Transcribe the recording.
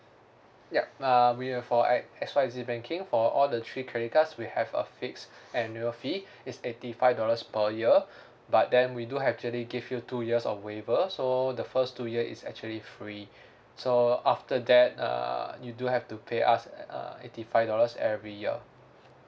yup uh we uh for X Y Z banking for all the three credit cards we have a fixed annual fee it's eighty five dollars per year but then we do actually give you two years of waiver so the first two year is actually free so after that uh you do have to pay us at a eighty five dollars every year